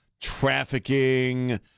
trafficking